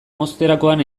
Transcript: mozterakoan